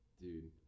Dude